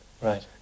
Right